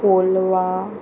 Colva